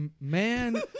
man